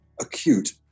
acute